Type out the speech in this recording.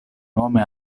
nome